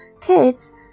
Kids